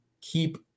keep